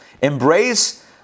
Embrace